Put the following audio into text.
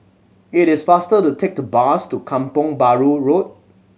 it is faster to take the bus to Kampong Bahru Road